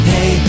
Hey